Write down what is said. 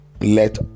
let